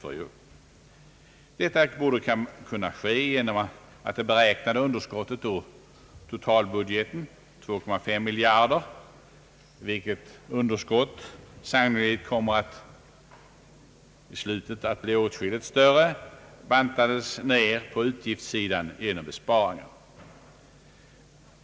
Dämpningen borde kunna ske genom att det beräknade underskottet på totalbudgeten av 2,5 miljarder kronor, vilket underskott sannolikt kommer att i slutet av året bli åtskilligt större, bantades ner på utgiftssidan genom besparingar.